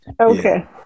Okay